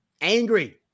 angry